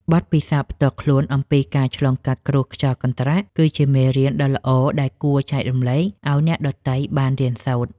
បទពិសោធន៍ផ្ទាល់ខ្លួនអំពីការឆ្លងកាត់គ្រោះខ្យល់កន្ត្រាក់ គឺជាមេរៀនដ៏ល្អដែលគួរចែករំលែកឱ្យអ្នកដទៃបានរៀនសូត្រ។